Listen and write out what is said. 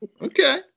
Okay